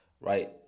right